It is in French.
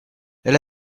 elle